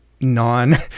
non